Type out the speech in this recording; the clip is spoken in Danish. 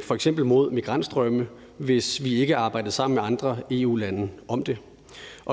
f.eks. migrantstrømme, hvis vi ikke arbejdede sammen med andre EU-lande om det?